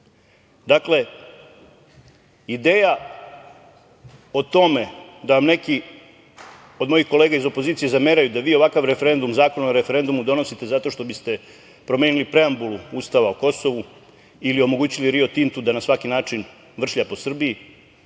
prođe. Dakle, ideja o tome da vam neki od mojih kolega iz opozicije zameraju da vi ovakav Zakon o referendumu donosite zato što biste promenili preambulu Ustava o Kosovu ili omogućili „Rio Tintu“ da na svaki način vršlja po Srbiji